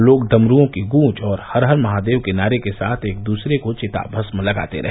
लोग डमरुओं की गूंज और हर हर महादेव के नारे के साथ एक दूसरे को चिता भस्म लगाते रहे